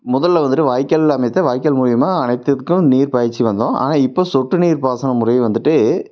முதலில் வந்துவிட்டு வாய்க்கால் அமைத்து வாய்க்கால் மூலியமாக அனைத்துக்கும் நீர் பாய்ச்சி வந்தோம் ஆனால் இப்போது சொட்டு நீர் பாசனம் முறை வந்துவிட்டு